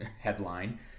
headline